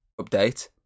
update